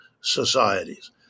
societies